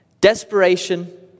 Desperation